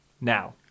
Now